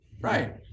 right